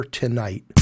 tonight